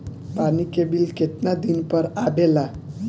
पानी के बिल केतना दिन पर आबे ला?